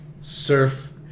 surf